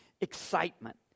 excitement